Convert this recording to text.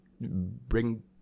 bring